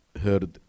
heard